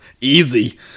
Easy